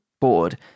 board